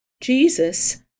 Jesus